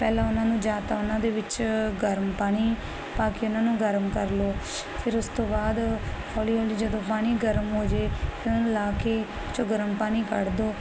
ਪਹਿਲਾਂ ਉਹਨਾਂ ਨੂੰ ਜਾ ਤਾਂ ਉਹਨਾਂ ਦੇ ਵਿੱਚ ਗਰਮ ਪਾਣੀ ਪਾ ਕੇ ਉਹਨਾਂ ਨੂੰ ਗਰਮ ਕਰ ਲਓ ਫਿਰ ਉਸ ਤੋਂ ਬਾਅਦ ਹੌਲੀ ਹੌਲੀ ਜਦੋਂ ਪਾਣੀ ਗਰਮ ਹੋ ਜੇ ਫਿਰ ਲਾ ਕੇ ਚੋ ਗਰਮ ਪਾਣੀ ਕੱਢ